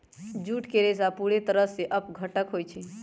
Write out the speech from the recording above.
jute के रेशा पूरे तरह से अपघट्य होई छई